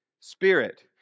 Spirit